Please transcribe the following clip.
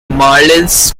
marlins